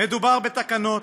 מדובר בתקנות